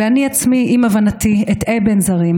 ואני עצמי עם הבנתי אתעה בין זרים,